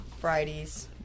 varieties